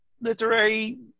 literary